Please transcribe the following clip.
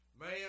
Man